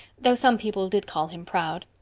though some people did call him proud.